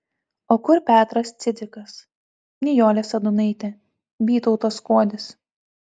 o kur petras cidzikas nijolė sadūnaitė vytautas skuodis